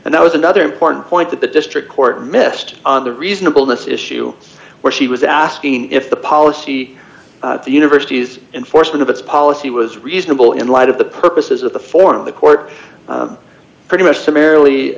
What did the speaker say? and that was another important point that the district court missed on the reasonable this issue where she was asking if the policy of the university's enforcement of its policy was reasonable in light of the purposes of the form the court pretty much